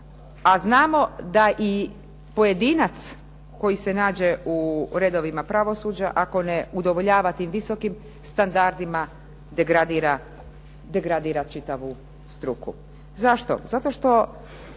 a znamo da i pojedinac koji se nađe u redovima pravosuđa ako ne udovoljava tim visokim standardima degradira čitavu struku. Zašto? Zato što